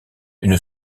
une